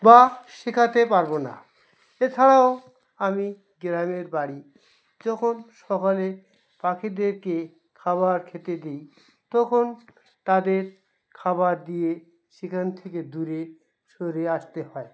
বা শেখাতে পারবো না এছাড়াও আমি গ্রামের বাড়ি যখন সকালে পাখিদেরকে খাবার খেতে দিই তখন তাদের খাবার দিয়ে সেখান থেকে দূরে সরে আসতে হয়